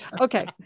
Okay